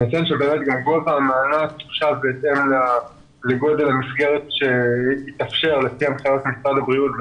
גם כאן הסכום חושב בהתאם לגודל המסגרת שהתאפשר לפי הנחיות משרד הבריאות.